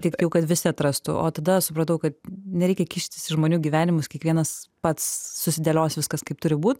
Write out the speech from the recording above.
taip jau kad visi atrastų o tada supratau kad nereikia kištis į žmonių gyvenimus kiekvienas pats susidėlios viskas kaip turi būt